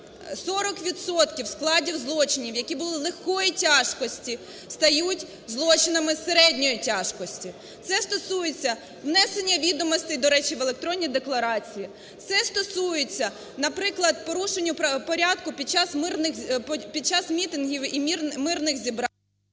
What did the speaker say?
складів злочинів, які були легкої тяжкості, стають злочинами середньої тяжкості. Це стосується внесення відомостей, до речі, в електронні декларації, це стосується, наприклад, порушенню порядку під час мітингів і мирних зібрань…